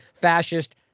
fascist